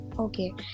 Okay